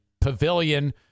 pavilion